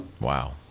Wow